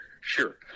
sure